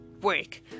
work